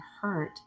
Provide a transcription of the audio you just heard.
hurt